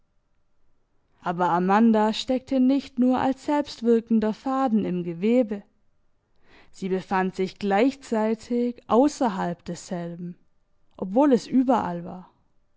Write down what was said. aber amanda steckte nicht nur als selbstwirkender faden im gewebe sie befand sich gleichzeitig außerhalb desselben obwohl es überall war